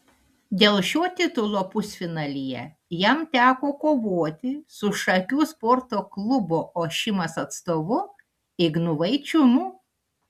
dėl šio titulo pusfinalyje jam teko kovoti su šakių sporto klubo ošimas atstovu ignu vaičiūnu